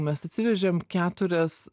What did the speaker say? mes atsivežėm keturias